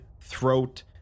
throat